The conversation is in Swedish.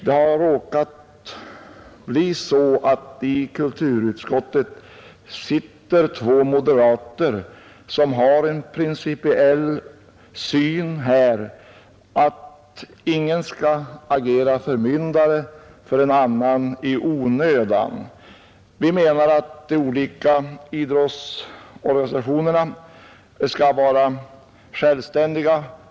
Det har råkat bli så att i kulturutskottet sitter två moderater som har den principiella uppfattningen att ingen skall agera förmyndare för en annan i onödan. Vi menar att de olika idrottsorganisationerna skall vara självständiga.